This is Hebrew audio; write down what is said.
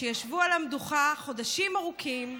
ישבו על המדוכה חודשים ארוכים,